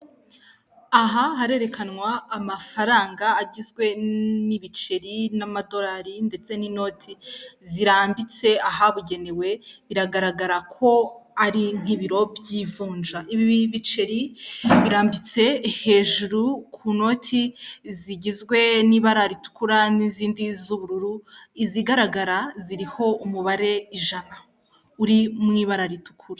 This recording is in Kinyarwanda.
Aha harerekanwa amafaranga agizwe n'ibiceri n'amadolari ndetse n'inoti zirambitse ahabugenewe, biragaragara ko ari nk'ibiro by'ivunja. Ibi biceri birambitse hejuru ku noti zigizwe n'ibara ritukura n'izindi z'ubururu, izigaragara ziriho umubare ijana uri mu ibara ritukura.